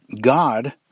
God